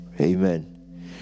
Amen